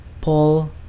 Paul